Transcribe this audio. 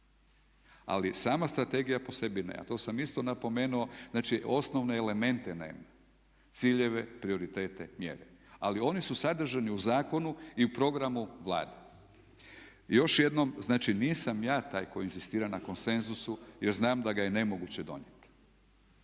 Ali sama strategija po sebi ne. A to sam isto napomenuo, znači osnovne elemente nema, ciljeve, prioritete, mjere. Ali oni su sadržani u zakonu i u programu Vlade. Još jednom, znači nisam ja taj koji inzistira na konsenzusu jer znam da ga je nemoguće donijeti.